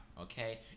okay